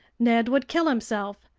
ned would kill himself.